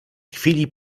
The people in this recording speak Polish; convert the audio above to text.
chwili